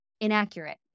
inaccurate